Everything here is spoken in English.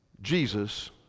Jesus